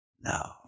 No